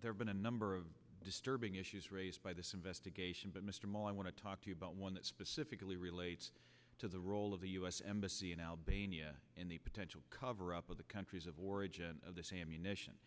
there's been a number of disturbing issues raised by this investigation but mr maule i want to talk to you about one that specifically relates to the role of the u s embassy in albania and the potential cover up of the countries of origin of this ammunition